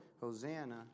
Hosanna